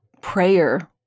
prayer